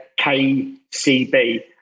kcb